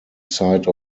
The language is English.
side